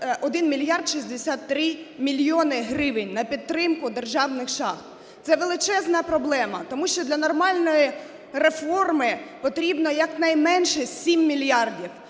1 мільярд 63 мільйони гривень на підтримку державних шахт. Це величезна проблема, тому що для нормальної реформи потрібно якнайменше 7 мільярдів.